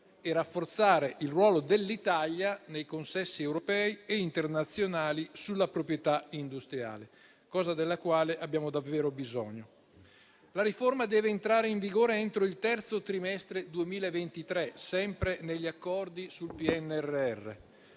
e rafforzare il ruolo dell'Italia nei consessi europei e internazionali sulla proprietà industriale (cosa della quale abbiamo davvero bisogno). La riforma deve entrare in vigore entro il terzo trimestre 2023, sempre secondo gli accordi sul PNRR.